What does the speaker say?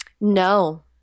no